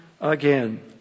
again